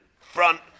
front